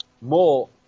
more